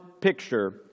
picture